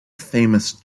famous